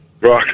Rock